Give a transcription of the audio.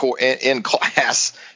in-class